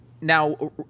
now